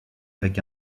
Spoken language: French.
avec